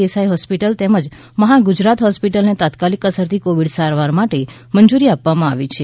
Desai hospital તેમજ Mahagujarat hospital ને તાત્કાલિક અસરથી કોવીડ સારવાર માટે મંજૂરી આપવામાં આવી છે